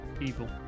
evil